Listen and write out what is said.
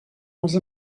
els